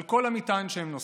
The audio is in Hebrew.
על כל המטען שהם נושאים.